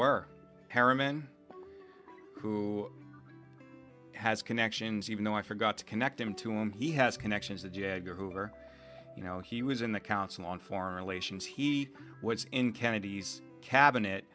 were param and who has connections even though i forgot to connect them to him he has connections that are you know he was in the council on foreign relations he was in kennedy's cabinet